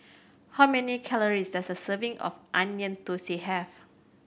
how many calories does a serving of Onion Thosai have